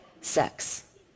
sex